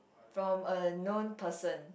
from a non person